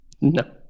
No